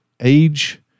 age